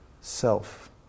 self